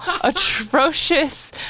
atrocious